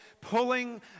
pulling